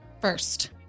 First